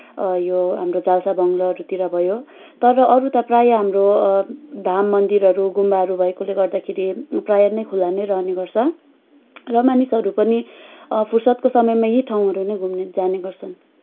यो हाम्रो जालसा बङ्ग्लोहरूतिर भयो तर अरू त प्रायः हाम्रो धाम मन्दिरहरू गुम्बाहरू भएकोले गर्दाखेरि प्रायः नै खुल्ला नै रहने गर्छ र मानिसहरू पनि फुर्सदको समयमा यही ठाउँहरू नै घुम्ने जाने गर्छन्